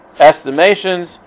estimations